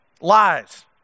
Lies